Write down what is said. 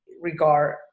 regard